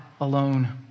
alone